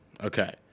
Okay